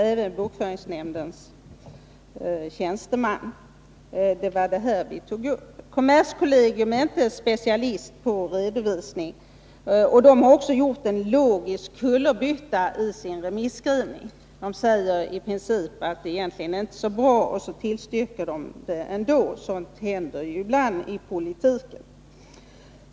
Även bokföringsnämndens tjänsteman tog upp detta. Kommerskollegium är inte specialist på redovisning. Kommerskollegium har också gjort en logisk kullerbytta i sin remisskrivning. Man säger i princip att förslaget egentligen inte är så bra, och så tillstyrker man det ändå. Sådant händer ibland i politiken.